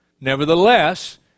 Nevertheless